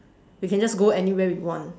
we can just go anywhere we want